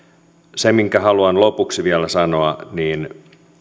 haluan lopuksi vielä sanoa sen että